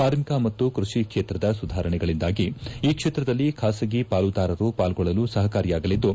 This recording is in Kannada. ಕಾರ್ಮಿಕ ಮತ್ತು ಕೃಷಿ ಕ್ಷೇತ್ರದ ಸುಧಾರಣೆಗಳಿಂದಾಗಿ ಈ ಕ್ಷೇತ್ರದಲ್ಲಿ ಬಾಸಗಿ ಪಾಲುದಾರರು ಪಾಲ್ಗೊಳ್ಳಲು ಸಹಕಾರಿಯಾಗಲಿದ್ದು